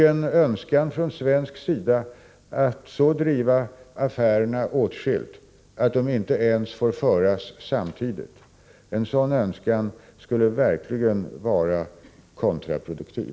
En önskan från svensk sida att så driva affärerna åtskilda att de inte ens får föras samtidigt skulle verkligen vara kontraproduktiv.